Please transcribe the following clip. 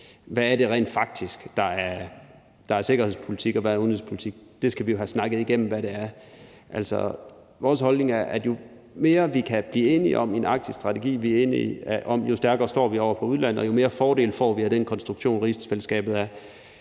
hvad det rent faktisk er, der er sikkerhedspolitik, og hvad der er udenrigspolitik. Vi skal jo have snakket igennem, hvad det er. Vores holdning er, at jo mere vi kan blive enige om en arktisk strategi, jo stærkere står vi over for udlandet, og jo mere fordel får vi af den konstruktion, rigsfællesskabet er.